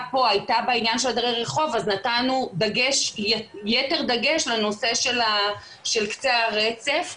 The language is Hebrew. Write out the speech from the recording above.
פה היה בעניין של דרי רחוב אז נתנו יתר דגש לנושא של קצה הרצף,